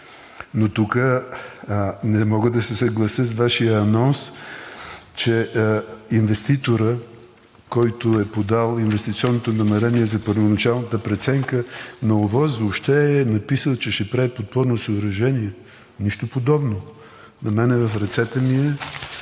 Но тук не мога да се съглася с Вашия анонс, че инвеститорът, който е подал инвестиционното намерение за първоначалната преценка на ОВОС въобще е написал, че ще прави подпорно съоръжение. Нищо подобно! На мен в ръцете ми е